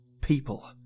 people